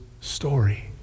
story